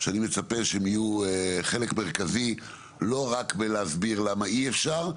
שאני מצפה שהם יהיו חלק מרכזי לא רק בלהסביר למה אי אפשר,